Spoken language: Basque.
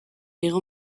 hego